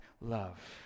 love